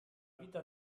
vita